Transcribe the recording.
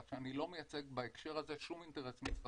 כך שאני לא מייצג בהקשר הזה שום אינטרס מסחרי.